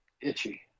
itchy